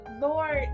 Lord